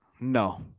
No